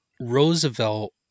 Roosevelt